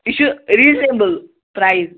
یہِ چھُ reasonable price